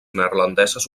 neerlandeses